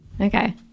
Okay